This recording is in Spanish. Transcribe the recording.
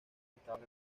estaban